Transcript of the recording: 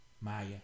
Maya